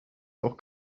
auch